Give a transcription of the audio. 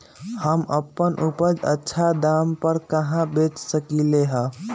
हम अपन उपज अच्छा दाम पर कहाँ बेच सकीले ह?